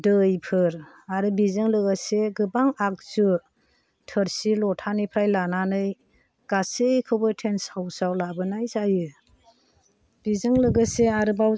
दैफोर आरो बेजों लोगोसे गोबां आगजु थोरसि लथानिफ्राय लानानै गासैखौबो टेन्टस हाउसआव लाबोनाय जायो बेजों लोगोसे आरोबाव